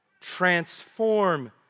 Transform